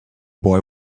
boy